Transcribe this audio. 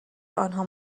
آنها